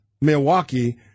Milwaukee